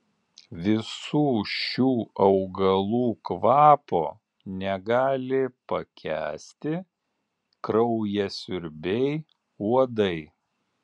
visų šių augalų kvapo negali pakęsti kraujasiurbiai uodai